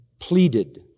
pleaded